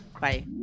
Bye